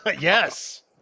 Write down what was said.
Yes